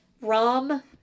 rum